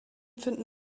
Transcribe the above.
finden